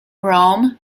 rome